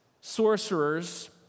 sorcerers